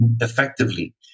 effectively